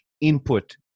input